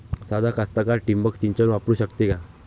सादा कास्तकार ठिंबक सिंचन वापरू शकते का?